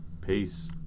Peace